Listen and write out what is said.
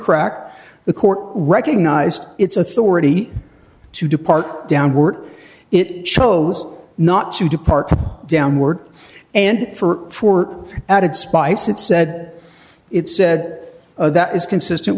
crack the court recognized its authority to depart downward it chose not to depart downward and for four added spice it said it said that is consistent